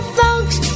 folks